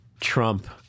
Trump